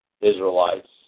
Israelites